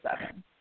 seven